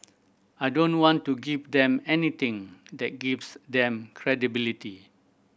I don't want to give them anything that gives them credibility